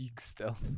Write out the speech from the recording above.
stealth